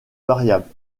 variable